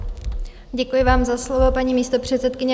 Děkuji vám za slovo, paní místopředsedkyně.